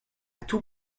tout